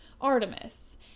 Artemis